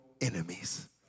enemies